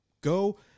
Go